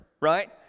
right